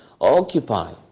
occupy